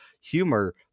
humor